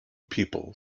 people